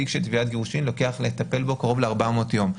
בתיק של תביעת גירושין לוקח לטפל בו קרוב ל-400 יום,